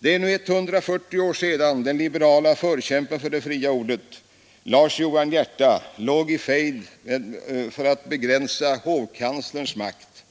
Det är nu 140 år sedan den liberala förkämpen för det fria ordet, Lars Johan Hierta, låg i fejd för att begränsa hovkanslerns makt,